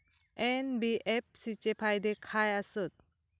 NBFC चे फायदे खाय आसत?